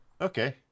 Okay